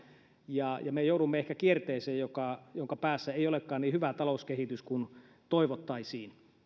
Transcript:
ja ja me joudumme ehkä kierteeseen jonka päässä ei olekaan niin hyvä talouskehitys kuin toivottaisiin